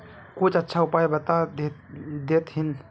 कुछ अच्छा उपाय बता देतहिन?